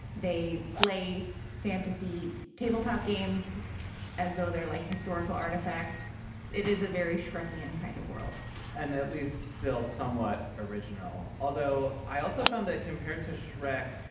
they play fantasy tabletop games as though they're like historical artifacts it is a very shrinky and kind of world and at least still somewhat original, although i also found that compared to shrek,